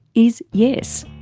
is yes.